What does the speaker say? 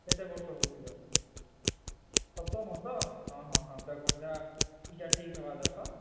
କେତେ ବର୍ଷ ହେଉଥିବା ସପ୍ତମ ତ ହଁ ହଁ ହଁ ଦେଖ ଏଟା ଇଟା ଠିକ୍ ହେବା ଦେଖ